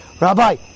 Rabbi